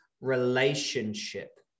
relationship